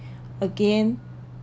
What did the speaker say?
again